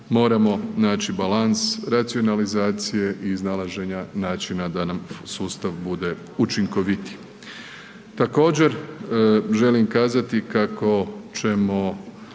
moramo naći balans racionalizacije i iznalaženja načina da nam sustav bude učinkovitiji. Također, želim kazati kako ćemo